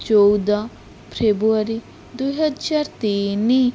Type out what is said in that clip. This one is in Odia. ଚଉଦ ଫେବୃଆରୀ ଦୁଇହଜାର ତିନି